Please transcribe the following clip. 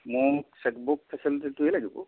মোক cheque book ফেচিলিটিটোৱে লাগিব